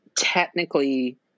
technically